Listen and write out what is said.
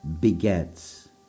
begets